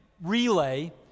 relay